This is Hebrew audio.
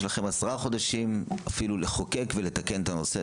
יש לכם עשרה חודשים לחוקק ולתקן את הנושא.